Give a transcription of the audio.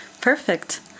perfect